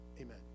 Amen